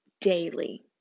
daily